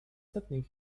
settling